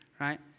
right